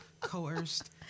Coerced